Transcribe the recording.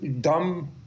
dumb